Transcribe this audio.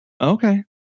Okay